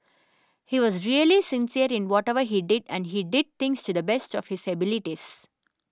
he was really sincere in whatever he did and he did things to the best of his abilities